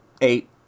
eight